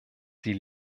sie